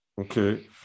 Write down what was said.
Okay